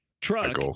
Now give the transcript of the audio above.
truck